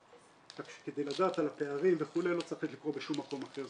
כך שכדי לדעת על הפערים וכו' לא צריך לקרוא בשום מקום אחר,